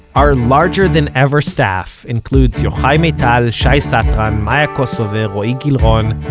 our larger-than-ever staff includes yochai maital, shai satran, um maya kosover, roee gilron,